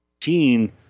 18